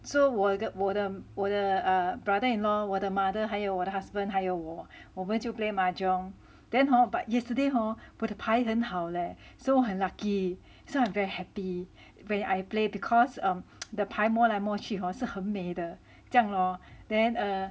so 我的我的我的 err brother in law 我的 mother 还有我的 husband 还有我我们就 play mahjong then hor but yesterday hor 我的牌很好 leh so 我很 lucky so I'm very happy when I played because err the 牌摸来摸去 hor 是很美的这样 lor then err